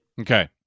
Okay